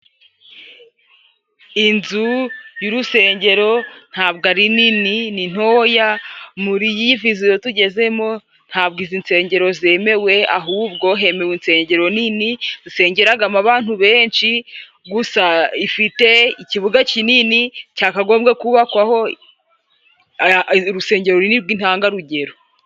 Inzu y'urusengero nta bwo ari nini ni ntoya, muri iyi viziyo yatugezemo nta bwo izi nsengero zemewe, ahubwo hemewe insengero nini zisengeragamo abantu benshi. Gusa, ifite ikibuga kinini cyakagombye kubakwaho urusengero runini rw'intangarugero.